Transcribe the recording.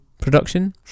production